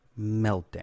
meltdown